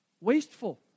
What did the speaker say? wasteful